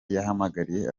yahamagariye